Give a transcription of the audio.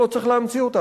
לא צריך להמציא אותם.